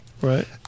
Right